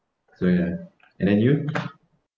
so ya and then you